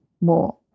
more